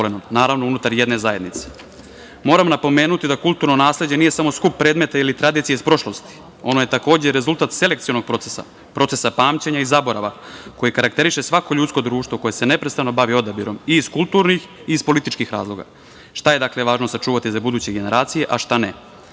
naravno, unutar jedne zajednice. Moramo napomenuti da kulturno nasleđe nije samo skup predmeta ili tradicije iz prošlosti, ona je takođe rezultat selekcionog procesa, procesa pamćenja i zaborava, koji karakteriše svako ljudsko društvo koje se neprestano bavi odabirom i iz kulturnih i iz političkih razloga. Šta je važno sačuvati za buduće generacije, a šta ne?